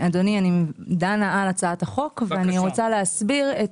אדוני אני דנה על הצעת החוק ואני רוצה להסביר את